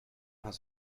has